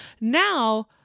Now